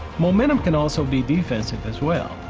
momentum can also be defensive as well.